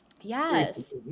Yes